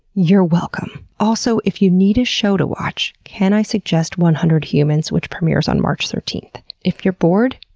you're welcome! also, if you need a show to watch, can i suggest one hundred humans which premieres on march thirteenth? if you're bored,